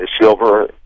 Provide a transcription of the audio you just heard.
silver